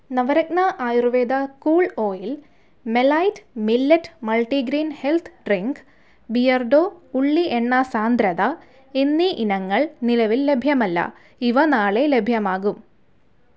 Navratna Ayurveda cool oil Melite millet multigrain health drink ബിയർഡോ ഉള്ളി എണ്ണ സാന്ദ്രത എന്നീ ഇനങ്ങൾ നിലവിൽ ലഭ്യമല്ല ഇവ നാളെ ലഭ്യമാകും